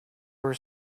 were